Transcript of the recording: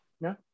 No